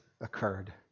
occurred